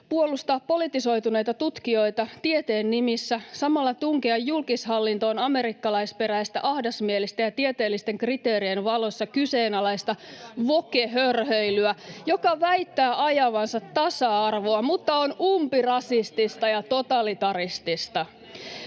puolustaa politisoituneita tutkijoita tieteen nimissä, samalla tunkea julkishallintoon amerikkalaisperäistä, ahdasmielistä ja tieteellisten kriteerien valossa kyseenalaista woke-hörhöilyä, joka väittää ajavansa tasa-arvoa, mutta on umpirasistista ja totalitaristista.